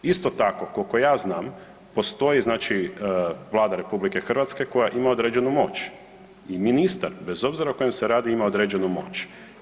Isto tako koliko ja znam postoji Vlada RH koja ima određenu moć i ministar bez obzira o kojem se radi ima određenu moć.